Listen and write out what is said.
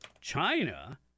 China